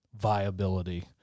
viability